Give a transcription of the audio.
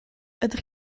ydych